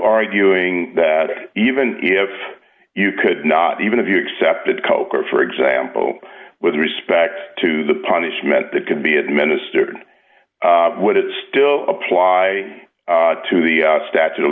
arguing that even if you could not even if you accepted coker for example with respect to the punishment that can be administered would it still apply to the statute of